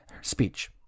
speech